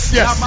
yes